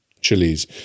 chilies